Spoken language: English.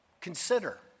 Consider